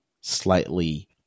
slightly